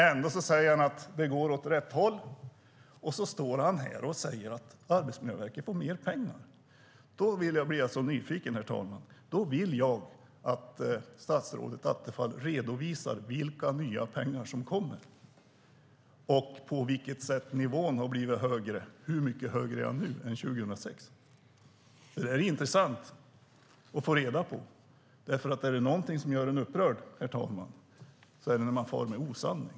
Ändå säger han att det går åt rätt håll, och han står här och säger att Arbetsmiljöverket får mer pengar. Herr talman! Jag blir så nyfiken. Jag vill att statsrådet Attefall redovisar vilka nya pengar som kommer och på vilket sätt nivån har blivit högre. Hur mycket högre är den nu än 2006? Det är intressant att få reda på. Är det någonting som gör mig upprörd är det när man far med osanning.